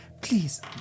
please